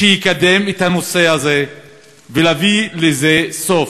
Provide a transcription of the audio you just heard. שיקדם את הנושא הזה ויביא לזה סוף.